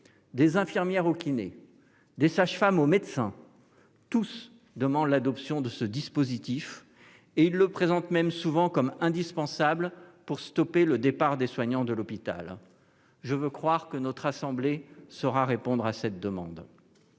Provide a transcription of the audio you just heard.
Des infirmières aux kinésithérapeutes, des sages-femmes aux médecins, tous demandent l'adoption de ce dispositif et le présentent même souvent comme indispensable pour stopper le départ des soignants de l'hôpital. Je veux croire que notre assemblée saura répondre à cette demande.